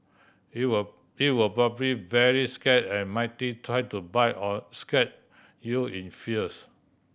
it will it will probably very scared and try to bite or scratch you in fears